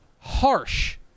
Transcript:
harsh